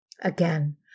Again